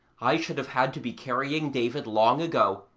i should have had to be carrying david long ago,